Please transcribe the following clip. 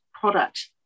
product